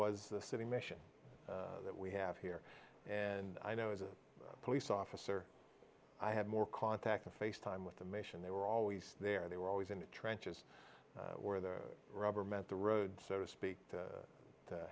was the city mission that we have here and i know as a police officer i had more contact and face time with the mission they were always there they were always in the trenches where the rubber met the road so to speak to